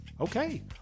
Okay